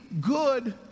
good